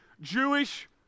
Jewish